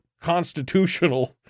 constitutional